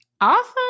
Awesome